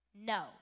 no